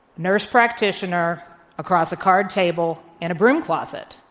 nurse practitioner across a card table in a broom closet.